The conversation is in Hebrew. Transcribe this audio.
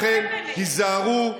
לכן היזהרו במילותיכם,